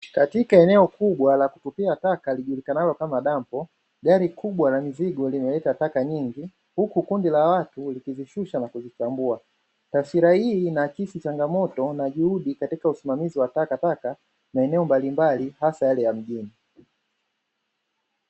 Katika eneo kubwa la kutupia taka lijulikanalo kama dampo, gari kubwa la mizigo linaleta taka nyingi huku kundi la watu likizishusha na kuzichambua. Taswira hii inaakisi changamoto na juhudi katika usimamizi wa takataka maeneo mbalimbali hasa yale ya mjini.